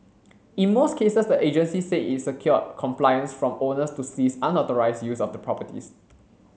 in most cases the agency said it secured compliance from owners to cease unauthorised use of the properties